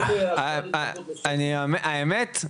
האמת,